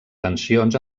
tensions